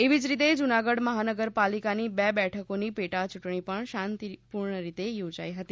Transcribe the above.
એવી જ રીતે જૂનાગઢ મહાનગરપાલિકાની બે બેઠકોની પેટા યૂંટણી પણ શાંતિપૂર્ણ રીતે યોજાઈ હતી